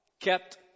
kept